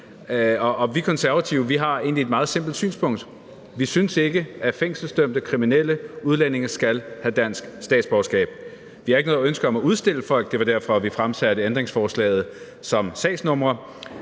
Vi Konservative har egentlig et meget simpelt synspunkt. Vi synes ikke, at fængselsdømte kriminelle udlændinge skal have dansk statsborgerskab. Vi har ikke noget ønske om at udstille folk. Det var derfor, vi fremsatte ændringsforslaget som sagsnumre.